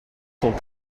sont